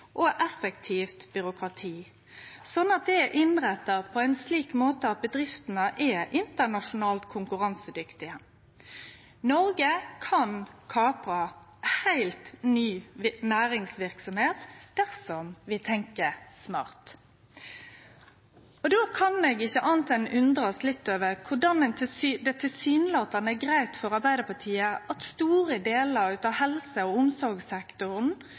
og effektivt byråkrati, slik at det er innretta på ein slik måte at bedriftene er konkurransedyktige internasjonalt. Noreg kan kapre heilt ny næringsverksemd dersom vi tenkjer smart. Då kan eg ikkje anna enn å undrast litt over korleis det tilsynelatande er greitt for Arbeidarpartiet at store delar av helse- og omsorgssektoren